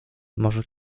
może